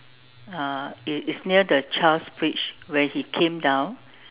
uh it is near the child's preach when he came down